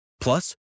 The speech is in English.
Plus